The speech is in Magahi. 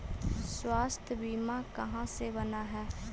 स्वास्थ्य बीमा कहा से बना है?